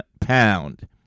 pound